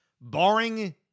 barring